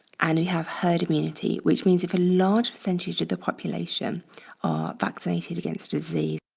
and we have herd immunity which means if a large percentage of the population are vaccinated against disease,